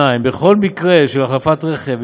2. בכל מקרה של החלפת רכב,